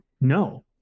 no